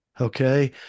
Okay